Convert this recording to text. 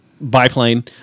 Biplane